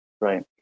right